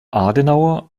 adenauer